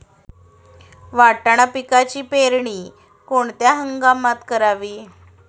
वाटाणा पिकाची पेरणी कोणत्या हंगामात करावी?